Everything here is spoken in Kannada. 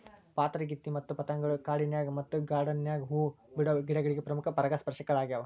ಪಾತರಗಿತ್ತಿ ಮತ್ತ ಪತಂಗಗಳು ಕಾಡಿನ್ಯಾಗ ಮತ್ತ ಗಾರ್ಡಾನ್ ನ್ಯಾಗ ಹೂ ಬಿಡೋ ಗಿಡಗಳಿಗೆ ಪ್ರಮುಖ ಪರಾಗಸ್ಪರ್ಶಕಗಳ್ಯಾವ